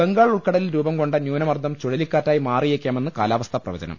ബംഗാൾ ഉൾക്കടലിൽ രൂപംകൊണ്ട ന്യൂനമർദ്ദം ചുഴലിക്കാറ്റായി മാറി യേക്കാമെന്ന് കാലാവസ്ഥാ പ്രവചനം